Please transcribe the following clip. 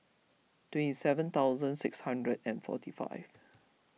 twenty seven thousand six hundred and forty five